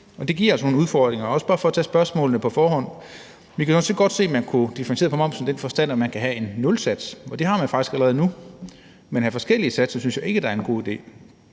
Det giver jo altså nogle udfordringer, også bare for at tage spørgsmålene på forhånd. Vi kan også godt se, at man kunne differentiere på momsen i den forstand, at man kan have en nulsats, og det har man jo faktisk allerede nu, men at have forskellige satser synes jeg ikke er en god idé.